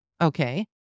Okay